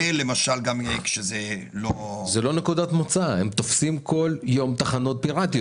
זה לא רק נקודת מוצא; כל יום הם תופסים תחנות פיראטיות.